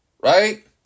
Right